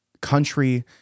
country